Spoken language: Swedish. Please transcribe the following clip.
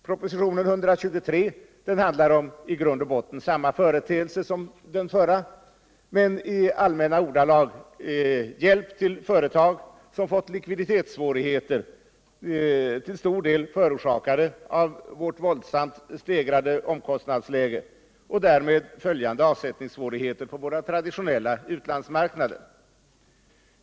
Propositionen 123 handlar i grund och botten om samma företeelser som 180 men i allmänna ordalag, om hjälp till företag som fått likviditetssvårigheter, till stor del förorsakade av vårt våldsamt stegrade omkostnadsläge och därmed följande avsättningssvårigheter på våra traditionella utlandsmarknader.